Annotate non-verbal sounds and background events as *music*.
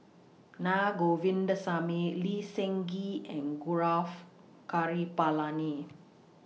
Na Govindasamy Lee Seng Gee and Gaurav Kripalani *noise*